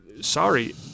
sorry